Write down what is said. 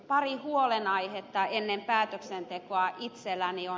pari huolenaihetta ennen päätöksentekoa itselläni on